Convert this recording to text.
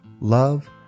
love